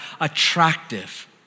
attractive